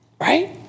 Right